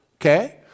Okay